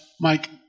Mike